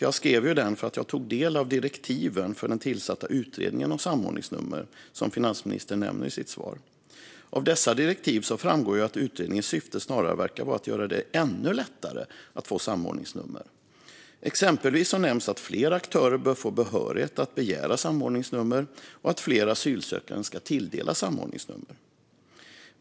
Jag skrev den för att jag tog del av direktiven för den tillsatta utredningen om samordningsnummer som finansministern nämner i sitt svar. Av dessa direktiv framgår att utredningens syfte snarare verkar vara att göra det ännu lättare att få ett samordningsnummer. Exempelvis nämns att fler aktörer bör få behörighet att begära samordningsnummer och att fler asylsökande ska tilldelas samordningsnummer.